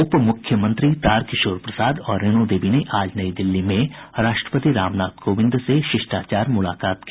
उप मुख्यमंत्री तारकिशोर प्रसाद और रेणु देवी ने आज नई दिल्ली में राष्ट्रपति रामनाथ कोविंद से शिष्टाचार मुलाकात की